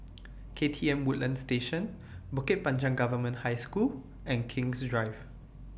K T M Woodlands Station Bukit Panjang Government High School and King's Drive